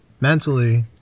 mentally